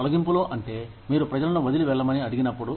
తొలగింపులు అంటే మీరు ప్రజలను వదిలి వెళ్ళమని అడిగినప్పుడు